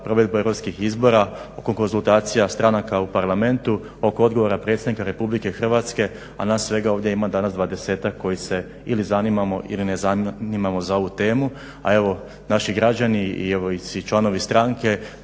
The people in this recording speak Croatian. provedbu europskih izbora, oko konzultacija stranaka u Parlamentu, oko odgovora predsjednika RH, a nas svega ovdje ima 20-ak koji se ili zanimamo ili ne zanimamo za ovu temu. A evo naši građani i evo svi članovi stranke